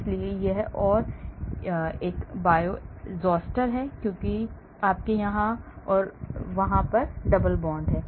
इसलिए यह और यह बायोइज़ोस्टर है क्योंकि आपके यहां और यहां डबल बांड है